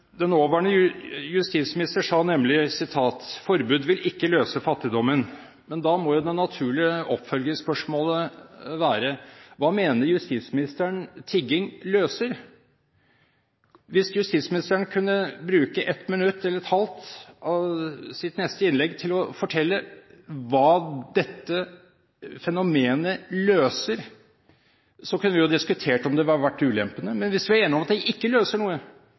Den nåværende justisminister sa nemlig at et forbud ikke vil løse fattigdommen. Men da må jo det naturlige oppfølgingsspørsmålet være: Hva mener justisministeren at tigging løser? Hvis justisministeren kunne bruke ett eller et halvt minutt av sitt neste innlegg til å fortelle hva dette fenomenet løser, kunne vi jo diskutert om det var verdt ulempene. Men hvis vi er enige om at det ikke løser noe,